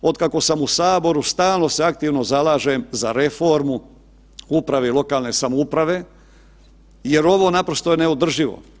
Otkako sam u Saboru stalno se aktivno zalažem za reformu uprave i lokalne samouprave jer ovo naprosto je neodrživo.